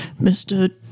Mr